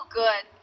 good